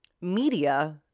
media